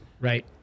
Right